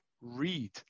read